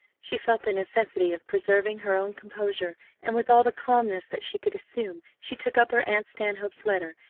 she felt the necessity of preserving her own composure and with all the calmness that she could assume, she took up her aunt stanhope's letter,